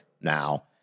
now